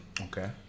Okay